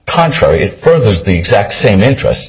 contrary it furthers the exact same interest